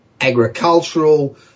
agricultural